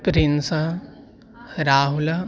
प्रिन्सा राहुलः